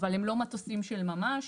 אבל הם לא מטוסים של ממש.